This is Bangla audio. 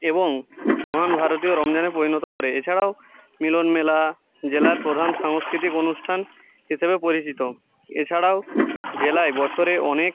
এবং মহান ভারতীয় রমজানে পরিণত করে এছাড়াও মিলন মেলা জেলার প্রধান সাংস্কৃতিক অনুষ্ঠান হিসেবে পরিচিত এছাড়াও জেলায় বছরে অনেক